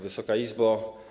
Wysoka Izbo!